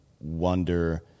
wonder –